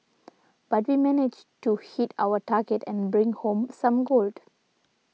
but we managed to hit our target and bring home some gold